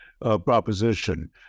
proposition